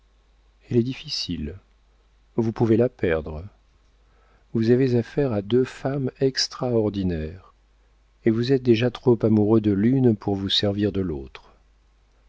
elle est difficile vous pouvez la perdre vous avez affaire à deux femmes extraordinaires et vous êtes déjà trop amoureux de l'une pour vous servir de l'autre